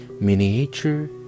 miniature